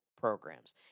programs